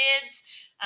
kids